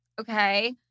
okay